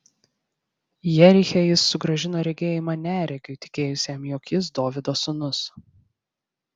jeriche jis sugrąžino regėjimą neregiui tikėjusiam jog jis dovydo sūnus